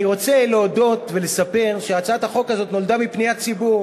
אני רוצה להודות ולספר שהצעת החוק הזאת נולדה מפניית ציבור.